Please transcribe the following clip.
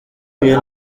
niwe